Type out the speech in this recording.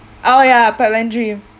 oh ya pipeline dream